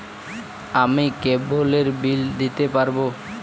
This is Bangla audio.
আমি কেবলের বিল দিতে পারবো?